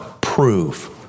prove